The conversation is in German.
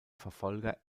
verfolger